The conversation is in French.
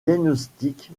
diagnostic